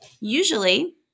Usually